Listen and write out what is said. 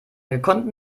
gekonnten